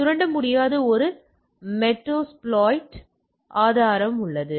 எனவே சுரண்ட முடியாத ஒரு மெட்டாஸ்ப்ளோயிட் ஆதாரம் உள்ளது